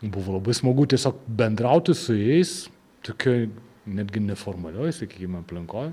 buvo labai smagu tiesiog bendrauti su jais tokioj netgi neformalioj sakykim aplinkoj